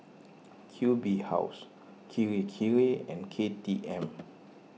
Q B House Kirei Kirei and K T M